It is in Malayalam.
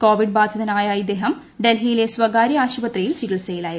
കോവിഡ് ബാധിതനായ ഇദ്ദേഹം ് ഡൽഹിയിലെ സ്വകാര്യ ആശുപത്രിയിൽ ചികിത്സയിലായിരുന്നു